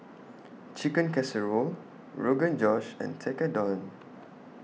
Chicken Casserole Rogan Josh and Tekkadon